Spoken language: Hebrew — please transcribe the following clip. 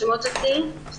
שומעות אותי?